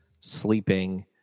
sleeping